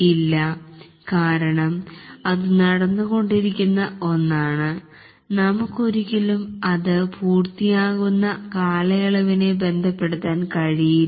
ഇല്ല കാരണം അത്നടന്നുകൊണ്ടിരിക്കുന്ന ഒന്നാണ് നമുക്കു ഒരിക്കലും അത് പൂർത്തിയാകുന്ന കാലയളവിനെ ബന്ധപെടുത്താൻ കഴിയില്ല